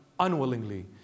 Unwillingly